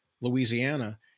Louisiana